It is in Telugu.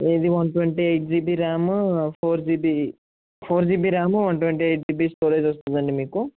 ఇది one twenty eight GB RAM four GB four GB RAM one twenty eight GB storage వస్తుంది అండి మీకు